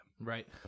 Right